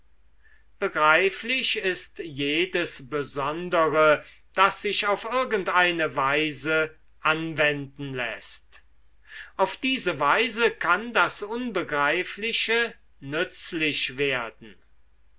begreiflich ist jedes besondere das sich auf irgendeine weise anwenden läßt auf diese weise kann das unbegreifliche nützlich werden